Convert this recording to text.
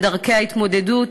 ודרכי ההתמודדות.